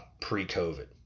pre-COVID